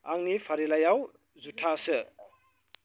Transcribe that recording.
आंनि फारिलाइआव जुथा सो